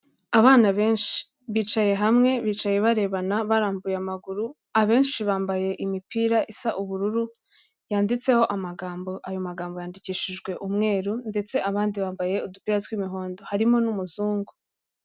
Abana benshi bicaye hamwe, bicaye barebana barambuye amaguru, abenshi bambaye imipira isa ubururu, yanditseho amagambo ayo magambo yandikishijwe umweru, ndetse abandi bambaye udupira tw'imihondo. Harimo n'umuzungu.